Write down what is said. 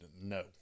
no